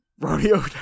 rodeo